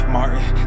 Martin